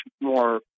more